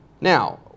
Now